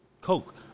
Coke